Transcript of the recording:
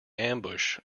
ambush